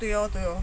对咯对咯